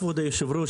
כבוד היושב-ראש,